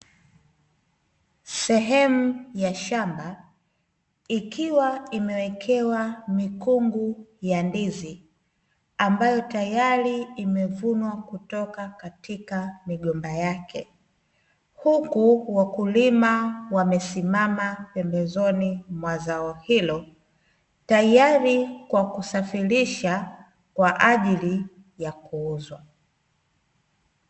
Sehemu ya shamba, ikiwa imewekewa mikungu ya ndizi ambayo tayari imevunwa kutoka katika migomba yake, huku wakulima wamesimama pembezoni mwa zao hilo, tayari kwa kusafirisha kwa ajili ya kuuzwa.